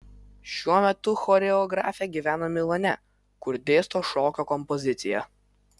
šiuo metu choreografė gyvena milane kur dėsto šokio kompoziciją